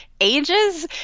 ages